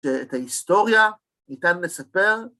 ‫את ההיסטוריה, ניתן לספר.